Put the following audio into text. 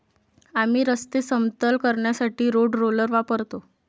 आम्ही रस्ते समतल करण्यासाठी रोड रोलर वापरतो